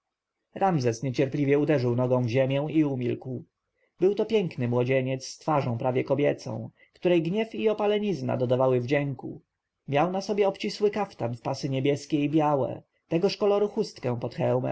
śpi ramzes niecierpliwie uderzył nogą w ziemię i umilkł był to piękny młodzieniec z twarzą prawie kobiecą której gniew i opalenizna dodawały wdzięku miał na sobie obcisły kaftan w pasy niebieskie i białe tegoż koloru chustkę